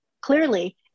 clearly